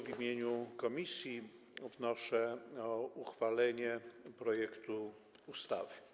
W imieniu komisji wnoszę o uchwalenie projektu ustawy.